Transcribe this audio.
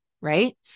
right